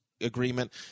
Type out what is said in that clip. Agreement